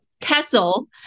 castle